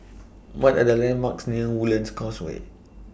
What Are The landmarks near Woodlands Causeway